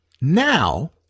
Now